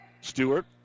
Stewart